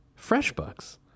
FreshBooks